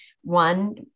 one